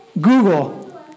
Google